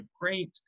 great